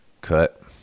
Cut